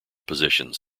positions